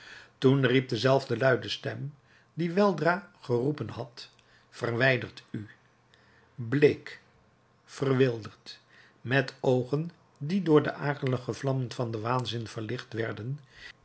toen riep dezelfde luide stem die werda geroepen had verwijdert u bleek verwilderd met oogen die door de akelige vlammen van den waanzin verlicht werden